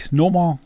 nummer